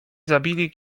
zabili